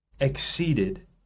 exceeded